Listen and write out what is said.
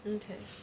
okay